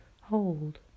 Hold